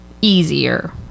easier